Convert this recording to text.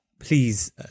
Please